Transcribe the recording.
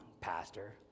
pastor